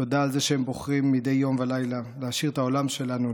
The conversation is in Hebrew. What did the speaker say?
תודה על זה שהם בוחרים מדי יום ולילה להעשיר את העולם שלנו,